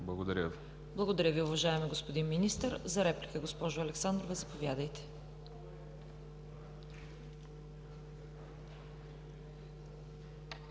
Благодаря Ви, уважаеми господин Министър. За реплика, госпожо Александрова, заповядайте.